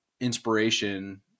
inspiration